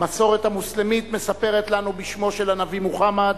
המסורת המוסלמית מספרת לנו בשמו של הנביא מוחמד